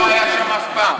אף פעם.